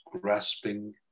grasping